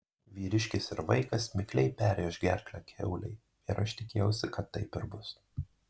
vyriškis ir vaikas mikliai perrėš gerklę kiaulei ir aš tikėjausi kad taip ir bus